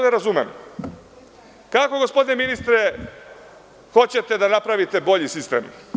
Ne razumem gospodine ministre, kako hoćete da napravite bolji sistem?